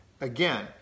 Again